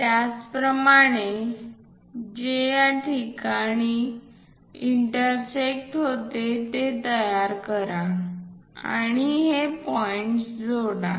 त्याच प्रमाणे जे याठिकाणी इंटरसेक्ट्स होते ते तयार करा आणि हे पॉइंट्स जोडा